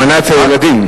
השמנה אצל ילדים?